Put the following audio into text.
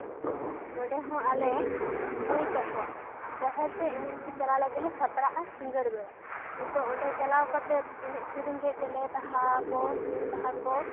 ᱱᱚᱸᱰᱮ ᱦᱚᱸ ᱟᱞᱮ ᱢᱟᱹᱭ ᱛᱟᱠᱚ ᱡᱟᱦᱮᱨᱛᱮ ᱮᱱᱮᱡ ᱛᱮ ᱪᱟᱞᱟᱜ ᱞᱟᱹᱜᱤᱫᱞᱮ ᱥᱟᱯᱲᱟᱜᱼᱟ ᱥᱤᱸᱜᱟᱹᱲ ᱵᱮᱲᱟ ᱛᱚ ᱚᱸᱰᱮ ᱪᱟᱞᱟᱣ ᱠᱟᱛᱮ ᱮᱱᱮᱡ ᱥᱮᱨᱮᱧ ᱠᱮᱫ ᱜᱮᱞᱮ ᱵᱟᱦᱟ ᱠᱚ ᱦᱮᱸ ᱵᱟᱦᱟ ᱠᱚ